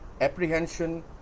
apprehension